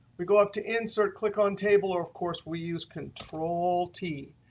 we go up to insert, click on table, or of course we use control t.